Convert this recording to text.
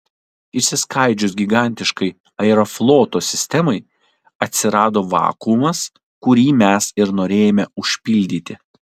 išsiskaidžius gigantiškai aerofloto sistemai atsirado vakuumas kurį mes ir norėjome užpildyti